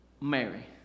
Mary